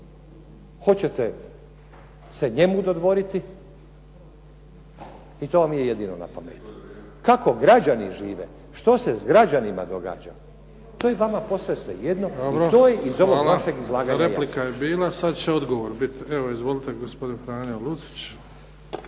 hoćete se njemu dodvoriti i to vam je jedino na pameti. Kako građani žive, što se s građanima događa, to je vama posve svejedno… **Bebić, Luka (HDZ)** Dobro.